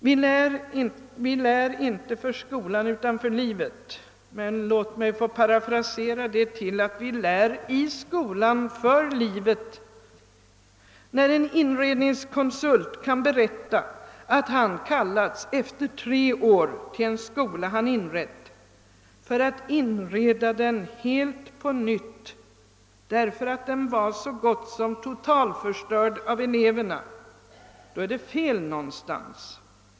Vi lär inte för skolan utan för livet. Men — låt mig få parafrasera — vi lär i skolan för livet! När en inredningskonsult kan berätta att han kallats till en skola tre år efter det att han inrett den för att inreda den helt på nytt därför att den så gott som totalförstörts av eleverna, då är det fel någonstans.